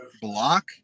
block